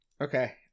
Okay